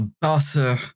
butter